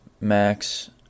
Max